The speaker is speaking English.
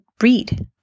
read